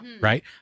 Right